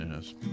Yes